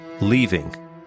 leaving